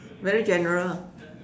very general